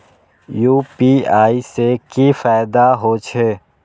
UPI से की फायदा हो छे?